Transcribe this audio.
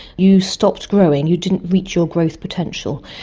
you stopped growing, you didn't reach your growth potential,